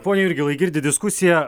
pone jurgilai girdit diskusiją